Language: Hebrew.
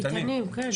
איתנים, כן.